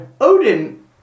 Odin